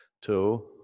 two